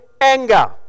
anger